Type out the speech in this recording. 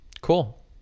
cool